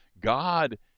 God